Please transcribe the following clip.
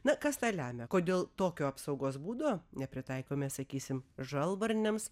na kas tą lemia kodėl tokio apsaugos būdo nepritaikome sakysim žalvarniams